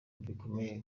bikomeye